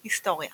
היסטוריה